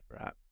Right